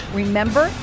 remember